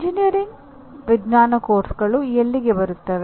engineering ವಿಜ್ಞಾನ ಪಠ್ಯಕ್ರಮಗಳು ಎಲ್ಲಿಗೆ ಬರುತ್ತವೆ